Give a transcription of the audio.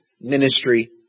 ministry